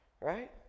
right